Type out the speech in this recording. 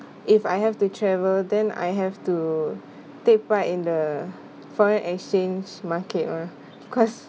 if I have to travel then I have to take part in the foreign exchange market or cause